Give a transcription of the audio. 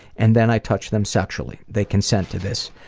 and then i touch them sexually. they consent to this.